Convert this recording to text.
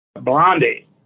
Blondie